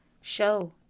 show